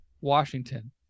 Washington